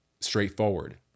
straightforward